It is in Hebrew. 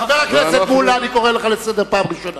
חבר הכנסת מולה, אני קורא אותך לסדר פעם ראשונה.